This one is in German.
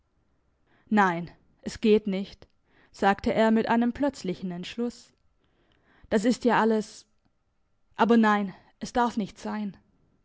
nein es geht nicht sagte er mit einem plötzlichen entschluss das ist ja alles aber nein es darf nicht sein